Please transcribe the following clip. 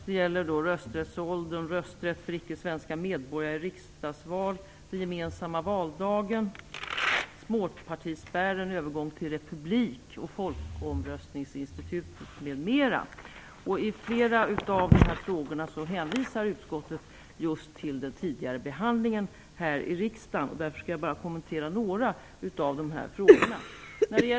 Det gäller rösträttsålder, rösträtt för icke svenska medborgare i riksdagsval, den gemensamma valdagen, småpartispärren, övergång till republik, folkomröstningsinstitutet m.fl. I flera av dessa frågor hänvisar utskottet just till den tidigare behandlingen i riksdagen. Därför skall jag bara kommentera några av frågorna.